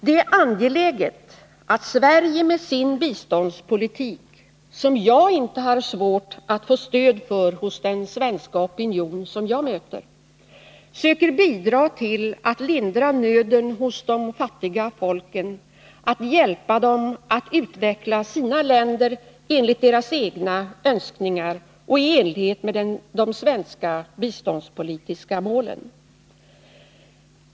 Det är angeläget att Sverige med sin biståndspolitik — som jag inte har svårt att få stöd för hos den svenska opinion som jag möter — söker bidra till att lindra nöden hos de fattiga folken, hjälper dem att utveckla sina länder enligt deras egna önskningar och i enlighet med de svenska biståndspolitiska målen.